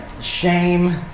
shame